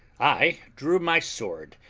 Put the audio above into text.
i drew my sword,